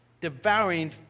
devouring